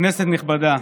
כנסת נכבדה,